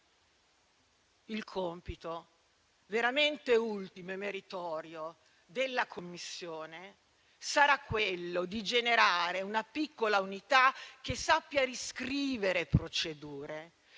Il compito, veramente ultimo e meritorio della Commissione, sarà quello di generare una piccola unità che sappia riscrivere procedure